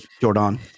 Jordan